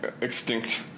extinct